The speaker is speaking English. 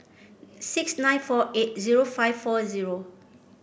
six nine four eight zero five four zero